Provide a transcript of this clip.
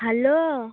hello